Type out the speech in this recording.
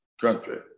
country